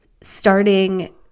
starting